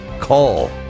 Call